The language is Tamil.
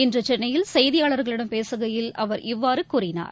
இன்று சென்னையில் செய்தியாளர்களிடம் பேசுகையில் அவர் இவ்வாறு கூறினார்